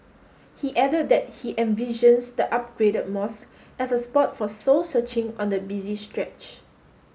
he added that he envisions the upgraded mosque as a spot for soul searching on the busy stretch